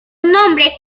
nombre